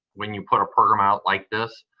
when you put a program out like this,